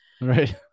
Right